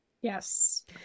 Yes